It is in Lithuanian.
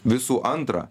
visų antra